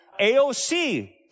AOC